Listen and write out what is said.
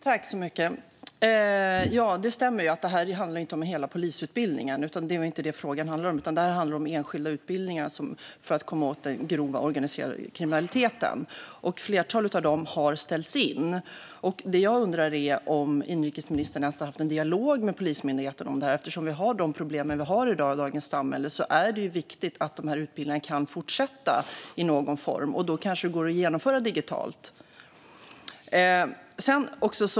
Fru talman! Det stämmer att detta inte handlar om hela polisutbildningen utan om enskilda utbildningar för att komma åt den grova organiserade kriminaliteten. Flertalet av dessa utbildningar har ställts in. Jag undrar om inrikesministern ens har haft en dialog med Polismyndigheten om detta. Eftersom vi har de problem som vi har i dagens samhälle är det viktigt att dessa utbildningar kan fortsätta i någon form. Då kanske det går att genomföra dem digitalt.